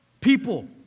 people